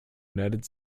united